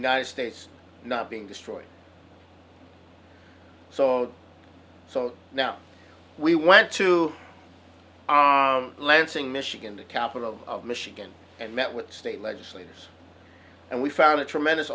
united states not being destroyed so so now we went to lansing michigan the capital of michigan and met with state legislators and we found a tremendous